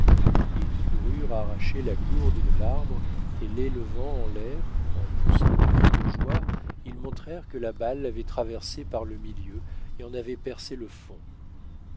ils coururent arracher la gourde de l'arbre et l'élevant en l'air en poussant des cris de joie ils montrèrent que la balle l'avait traversée par le milieu et en avait percé le fond